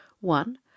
one